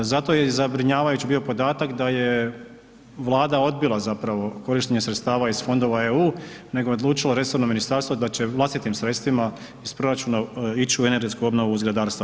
Zato je i zabrinjavajući bio podatak da je Vlada odbila zapravo odbila korištenje sredstava iz fondova EU nego je odlučilo resorno ministarstvo da će vlastitim sredstvima iz proračuna ići u energetsku obnovu zgradarstva.